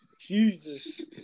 jesus